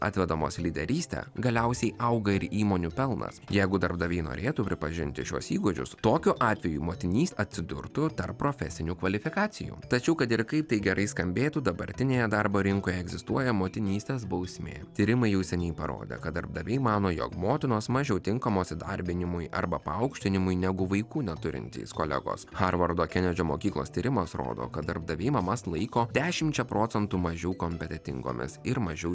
atvedamos į lyderystę galiausiai auga ir įmonių pelnas jeigu darbdaviai norėtų pripažinti šiuos įgūdžius tokiu atveju motinystė atsidurtų tarp profesinių kvalifikacijų tačiau kad ir kaip tai gerai skambėtų dabartinėje darbo rinkoje egzistuoja motinystės bausmė tyrimai jau seniai parodė kad darbdaviai mano jog motinos mažiau tinkamos įdarbinimui arba paaukštinimui negu vaikų neturintys kolegos harvardo kenedžio mokyklos tyrimas rodo kad darbdaviai mamas laiko dešimčia procentų mažiau kompetentingomis ir mažiau